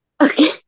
Okay